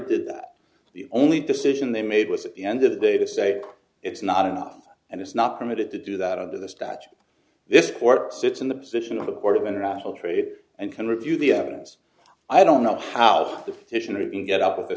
did that the only decision they made was at the end of the day the say it's not enough and it's not permitted to do that under the statute this court sits in the position of a board of international trade and can review the evidence i don't know how the fishing or even get up with a